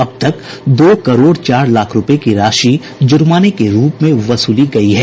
अब तक दो करोड़ चार लाख रूपये की राशि ज़र्माने के रूप में वसूली गयी है